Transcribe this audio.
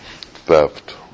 theft